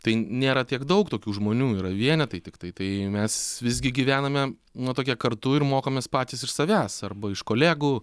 tai nėra tiek daug tokių žmonių yra vienetai tiktai tai mes visgi gyvename na tokia kartu ir mokomės patys iš savęs arba iš kolegų